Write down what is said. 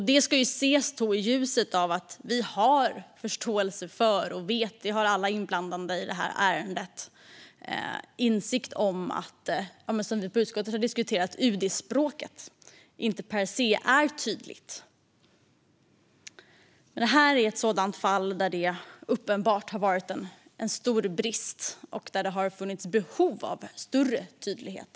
Detta ska ses i ljuset av att alla vi som är inblandade i detta ärende har förståelse för och insikt om att UD-språket per se inte är tydligt, vilket vi har diskuterat i utskottet. Detta är ett fall där detta uppenbarligen har varit en stor brist och där det har funnits behov av större tydlighet.